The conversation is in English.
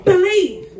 Believe